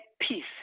peace